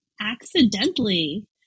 accidentally